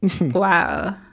wow